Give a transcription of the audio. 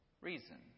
reason